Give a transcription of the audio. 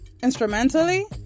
instrumentally